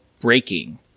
breaking